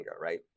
right